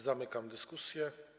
Zamykam dyskusję.